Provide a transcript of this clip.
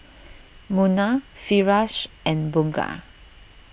Munah Firash and Bunga